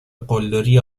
قلدری